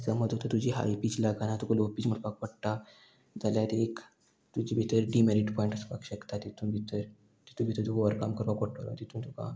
आनी समज जर तुजी हाय पीच लागना तुका लो पीच म्हणपाक पडटा जाल्यार एक तुजी भितर डिमेरिट पॉयंट आसपाक शकता तितून भितर तितू भितर तुका ओवरकम करपाक पडटलो तितून तुका